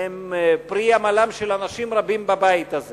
והן פרי עמלם של אנשים רבים בבית הזה